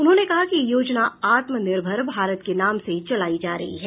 उन्होंने कहा कि यह योजना आत्मनिर्भर भारत के नाम से चलायी जा रही है